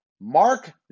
Mark